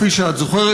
כפי שאת זוכרת,